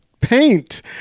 paint